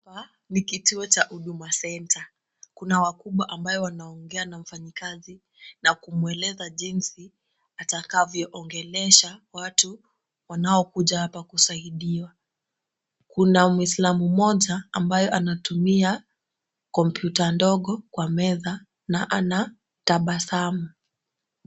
Hapa ni kituo cha huduma centre . Kuna wakubwa ambayo wanaongea na mfanyikazi na kumweleza jinsi atakavyoongelesha watu wanaokuja apa kusaidiwa. Kuna mwislamu mmoja ambayo anatumia kompyuta ndogo kwa meza na anatabasamu.